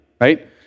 right